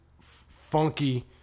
funky